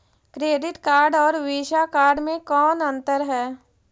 Credit card और Visa card मे कौन अन्तर है?